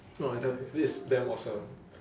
no I tell you this is damn awesome